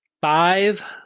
five